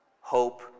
hope